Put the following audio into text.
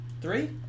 Three